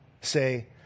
say